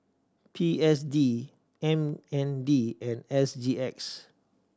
P S D M N D and S G X